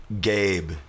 Gabe